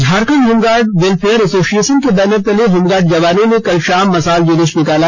Jharkhand home guard welfare association के banner तले home guard जवानों ने कल शाम मशाल जुलूस निकाला